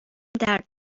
درد